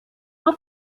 auf